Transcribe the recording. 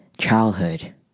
childhood